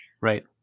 right